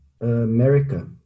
America